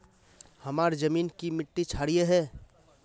हमार जमीन की मिट्टी क्षारीय है?